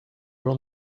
room